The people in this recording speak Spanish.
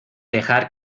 dejar